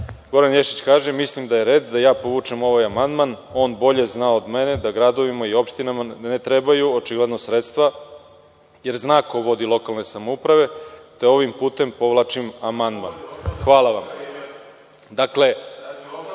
Goran Ješić kaže – mislim da je red da ja povučem ovaj amandman, on bolje zna od mene da gradovima i opštinama ne trebaju očigledno sredstva, jer zna ko vodi lokalne samouprave, te ovim putem povlačim amandman. Hvala